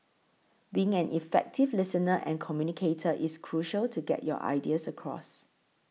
being an effective listener and communicator is crucial to get your ideas across